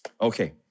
Okay